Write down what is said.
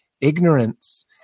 ignorance